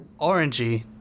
Orangey